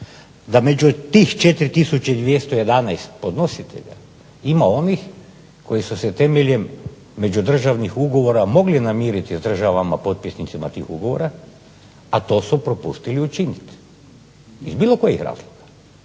da među tih 4211 podnositelja ima onih koji su se temeljem međudržavnih ugovora mogli namiriti s državama potpisnicima tih ugovora, a to su propustili učiniti iz bilo kojih razloga.